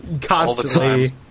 Constantly